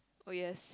oh yes